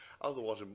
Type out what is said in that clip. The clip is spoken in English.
otherwise